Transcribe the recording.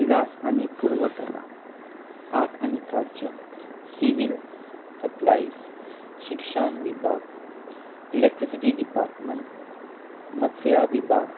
इलास आनी पुुरवटना आर्ट आनी कल्चर सिवील सप्लायज शिक्षण विभाग इलेक्ट्रिसिटी डिपार्टमनट मत्सहा विभाग